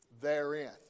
therein